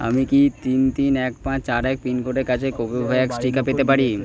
আমি কি তিন তিন এক পাঁচ চার এক পিনকোডের কাছে কোভোভ্যাক্স টিকা পেতে পারি